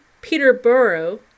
Peterborough